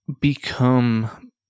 become